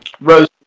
Rose